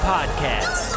Podcast